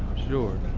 sure.